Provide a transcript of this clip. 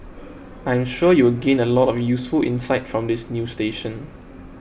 I am sure you will gain a lot of useful insights from this new station